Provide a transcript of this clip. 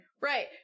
Right